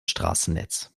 straßennetz